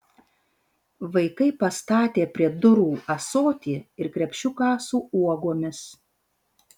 vaikai pastatė prie durų ąsotį ir krepšiuką su uogomis